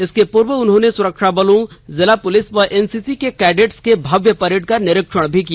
इसके पूर्व उन्होंने सुरक्षाबलों जिला पुलिस व एनसीसी के कैडेट्स के भव्य परेड का निरीक्षण किया